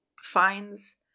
finds